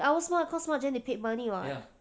ya OwlSmart cause Smartgen they paid money [what]